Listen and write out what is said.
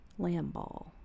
Lamball